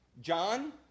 John